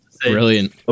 Brilliant